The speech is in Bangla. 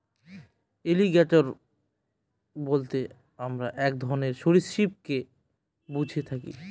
এলিগ্যাটোর বলতে আমরা এক ধরনের সরীসৃপকে বুঝে থাকি